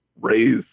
raise